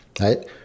right